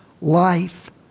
life